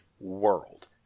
world